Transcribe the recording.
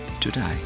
today